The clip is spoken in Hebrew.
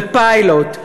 בפיילוט.